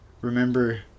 remember